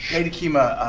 lady kima,